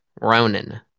Ronan